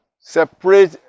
separate